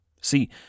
See